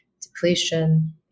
depletion